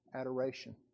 adoration